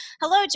Hello